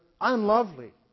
unlovely